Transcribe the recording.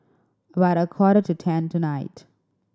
about a quarter to ten tonight